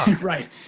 right